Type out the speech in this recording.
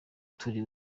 turi